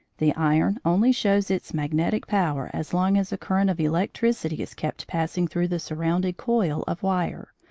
the iron only shows its magnetic power as long as a current of electricity is kept passing through the surrounding coil of wire,